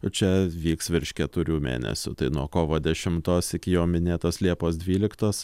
o čia vyks virš keturių mėnesių tai nuo kovo dešimtos iki jau minėtos liepos dvyliktos